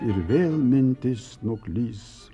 ir vėl mintis nuklys